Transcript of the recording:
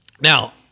Now